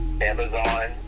Amazon